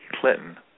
Clinton